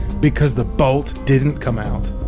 because the bolt didn't come out.